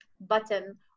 button